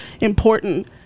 important